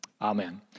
Amen